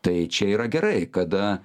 tai čia yra gerai kada